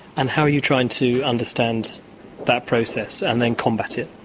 and how are you trying to understand that process, and then combat it?